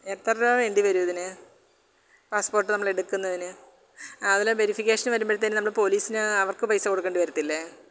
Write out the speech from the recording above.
എത്ര രൂപാ വേണ്ടി വരും ഇതിന് പാസ്പോര്ട്ട് നമ്മള് എടുക്കുന്നതിന് അതില് വേരിഫിക്കേഷന് വരുമ്പോഴത്തേനും നമ്മള് പോലീസിന് അവര്ക്ക് പൈസ കൊടുക്കേണ്ടി വരത്തില്ലേ